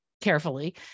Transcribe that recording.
carefully